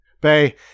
Bay